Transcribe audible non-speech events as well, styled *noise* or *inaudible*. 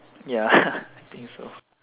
ya *breath* I think so